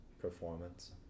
performance